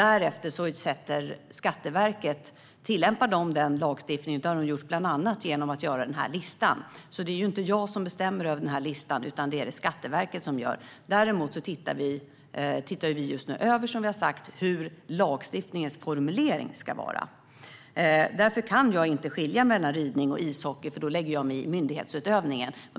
Därefter tillämpar Skatteverket den lagstiftningen, och det har de gjort bland annat genom att göra den här listan. Det är alltså inte jag som bestämmer över den här listan, utan det är det Skatteverket som gör. Däremot ser vi just nu över hur lagstiftningens formulering ska vara. Därför kan jag inte skilja mellan ridning och ishockey, för då lägger jag mig i myndighetsutövningen.